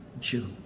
Jew